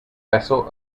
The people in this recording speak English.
vessel